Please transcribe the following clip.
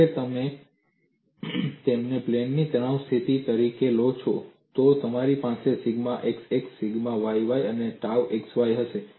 ધારો કે તમે તેને પ્લેનની તણાવની સ્થિતિ તરીકે લો છો તો તમારી પાસે સિગ્મા xx સિગ્મા yy અને tau xy હશે